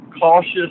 cautious